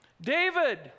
David